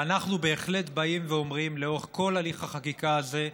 ואנחנו באים ואומרים לאורך כל הליך החקיקה הזה: